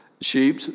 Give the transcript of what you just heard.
Sheep